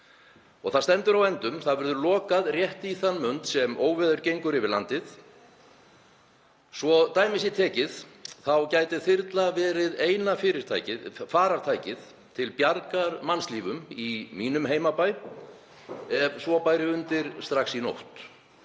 Það stendur á endum, það verður lokað rétt í þann mund sem óveður gengur yfir landið. Svo dæmi sé tekið þá gæti þyrla verið eina farartækið til bjargar mannslífum í mínum heimabæ, ef svo bæri undir strax í nótt,